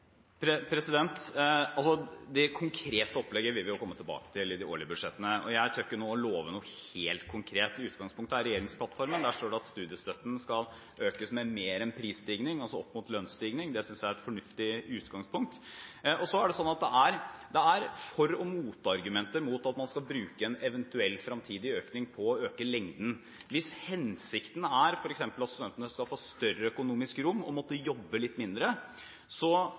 Det konkrete opplegget vil vi jo komme tilbake til i de årlige budsjettene, og jeg tør ikke nå å love noe helt konkret. Utgangspunktet er regjeringsplattformen. Der står det at studiestøtten skal økes med mer enn prisstigning – altså opp mot lønnsstigning. Det synes jeg er et fornuftig utgangspunkt. Så er det slik at det er for- og motargumenter mot at man skal bruke en eventuell fremtidig økning på å øke lengden. Hvis hensikten er f.eks. at studentene skal få større økonomisk rom og måtte jobbe litt mindre,